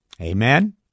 Amen